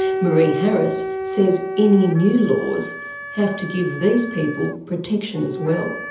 myree harris says any new laws have to give these people protection as well.